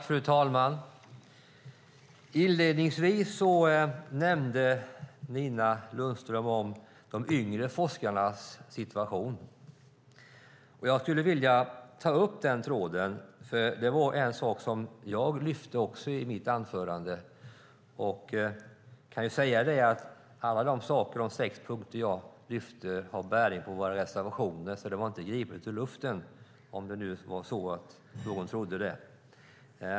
Fru talman! Inledningsvis nämnde Nina Lundström de yngre forskarnas situation. Jag skulle vilja ta upp den tråden. Det var något som jag också lyfte upp i mitt anförande. Alla de sex punkter som jag lyfte upp har bäring på våra reservationer, så det var inte gripet ur luften - om nu någon trodde det.